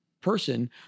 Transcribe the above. person